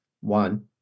one